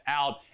out